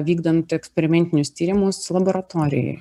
vykdant eksperimentinius tyrimus laboratorijoj